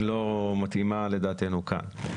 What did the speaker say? לא מתאימה, לדעתנו, כאן.